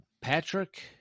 Patrick